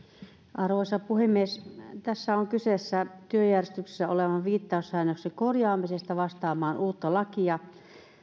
arvoisa puhemies tässä on kyse työjärjestyksessä olevan viittaussäännöksen korjaamisesta vastaamaan uutta lakia